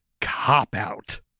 cop-out